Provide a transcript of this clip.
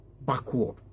backward